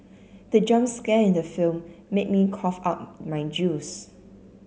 the jump scare in the film made me cough out my juice